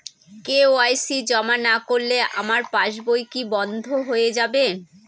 KYC জমা না করলে আমার পাসবই কি বন্ধ হয়ে যাবে?